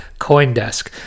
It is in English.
Coindesk